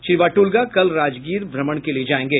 श्री वाटुल्गा कल राजगीर भ्रमण के लिए जायेंगे